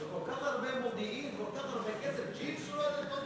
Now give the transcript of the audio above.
וכל כך הרבה מודיעין, כל כך הרבה כסף, ג'ינס, ?